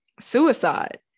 suicide